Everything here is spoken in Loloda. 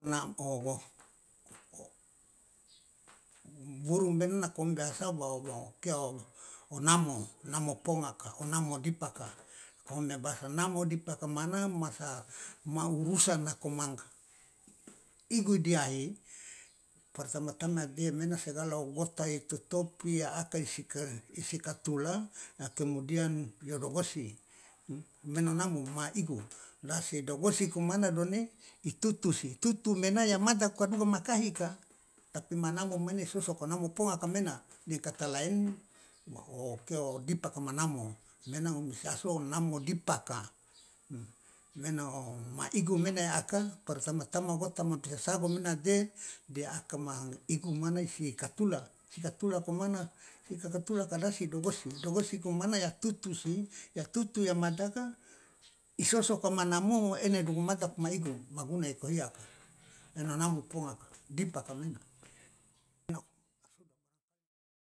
Nako burung men nako biasa o kia o namo pongaka o namo dipaka nako ngom mia bahasa namo dipaka mana ma sa ma urusan nako ma igu diai pertama tama ya de segala gota itotopu ya aka isi katula kemudian yodogosi men o namo ma igu dasi dogosi komana done itutusi tutu mena ya madaka doka makahika tapi mana ma namo mane sosoka namo pongaka mena de kata laeng o kia dipaka ma namo mena ngomi misiaso namo dipaka mena o igu mena ya aka pertama tama gota ma bi sasago mena ya de de aka ma igu mana isi katula isi katulako mana isi kakatula kadasi idogosi dogosi ko mana ya tutu si ya tutu ya mada ka iso sosoka ma namo ena idogumaja ka ma igu ma guna eko hiya ena namo ponga dipaka ma ena.